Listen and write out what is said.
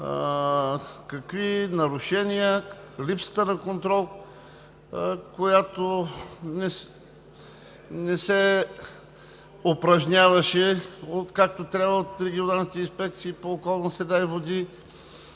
на нарушения, липса на контрол, който не се упражняваше както трябва от регионалните инспекции по околната среда и води,